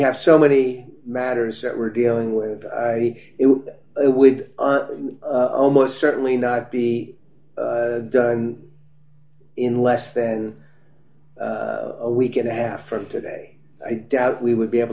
have so many matters that we're dealing with it with almost certainly not be done in less than a week and a half from today i doubt we would be able